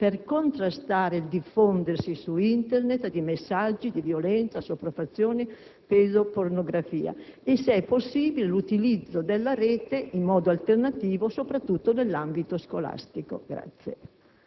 per contrastare il diffondersi su Internet di messaggi di violenza, sopraffazione e pedopornografia e se è possibile l'utilizzo della Rete in modo alternativo, soprattutto in ambito scolastico.